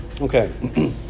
Okay